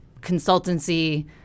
consultancy